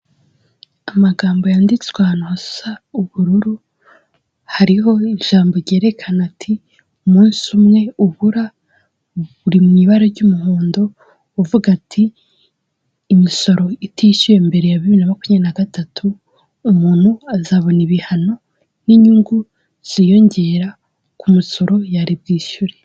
Amagambo yanditswe ahantu hasa ubururu, hariho ijambo ryerekana ati: umunsi umwe ubura, uri mu ibara ry'umuhondo uvuga ati:" Imisoro itishyuwe mbere ya bibiri na makumyabiri na gatatu, umuntu azabona ibihano n'inyungu ziyongera ku musoro yari bwishyure."